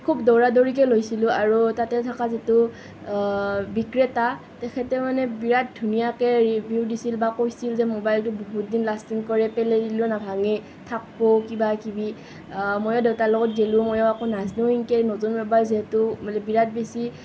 খুব দৌৰা দৌৰিকৈ লৈছিলোঁ আৰু তাতে থকা যিটো বিক্ৰেতা তেখেতেও মানে বিৰাট ধুনীয়াকৈ ৰিভিউ দিছিল বা কৈছিল যে ম'বাইলটো বহুত দিন লাষ্টিং কৰে পেলাই দিলেও নাভাঙে থাকিব কিবা কিবি ময়ো দেউতাৰ লগত গ'লো ময়ো একো নাজানো এনেকৈ নতুনকৈ পাই যিহেতু মানে বিৰাট বেছি